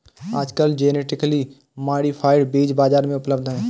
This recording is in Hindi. आजकल जेनेटिकली मॉडिफाइड बीज बाजार में उपलब्ध है